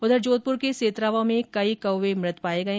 उधर जोधपुर के सेतरावा में कई कौए मृत पाए गए